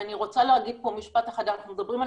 אני רוצה להגיד פה משפט אחד, אנחנו מדברים על